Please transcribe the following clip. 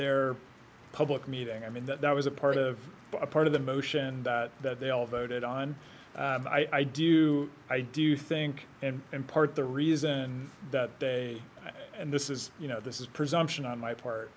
there public meeting i mean that that was a part of a part of the motion that they all voted on i do i do think and and part the reason that they and this is you know this is presumption on my part